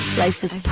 life is